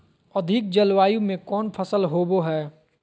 अधिक जलवायु में कौन फसल होबो है?